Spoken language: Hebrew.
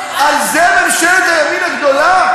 על זה ממשלת הימין הגדולה?